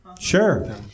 Sure